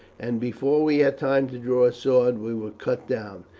and before we had time to draw a sword we were cut down.